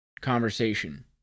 conversation